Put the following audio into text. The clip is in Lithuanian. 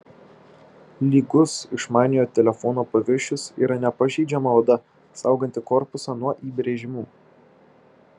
lygus išmaniojo telefono paviršius yra nepažeidžiama oda sauganti korpusą nuo įbrėžimų